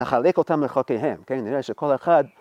‫נחלק אותם לחוקיהם, ‫נראה שכל אחד...